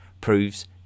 proves